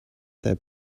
that